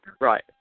right